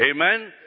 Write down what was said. Amen